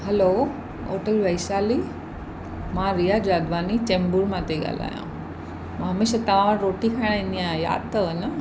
hello hotel Vaishali मां रिया जादवानी चेंबूर मां थी ॻाल्हायां मां हमेशह तव्हां वटि रोटी खाइण ईंदी आहियां यादि अथव न